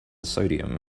sodium